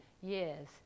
years